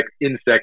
insects